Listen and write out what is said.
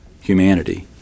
humanity